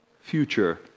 future